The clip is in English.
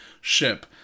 ship